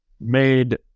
made